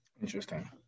Interesting